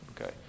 okay